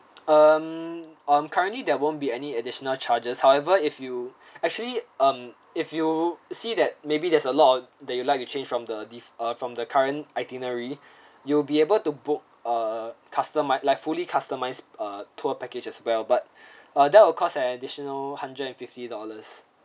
um um currently there won't be any additional charges however if you actually um if you see that maybe there's a lot that you like to change from the this ah from the current itinerary you'll be able to book uh customize like fully customize ah tour package as well but ah that will cost an additional hundred and fifty dollars